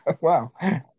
Wow